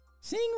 Sing